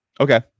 Okay